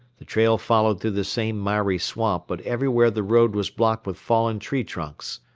the trail followed through the same miry swamp but everywhere the road was blocked with fallen tree trunks.